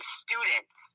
students